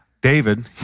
David